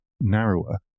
narrower